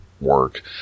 work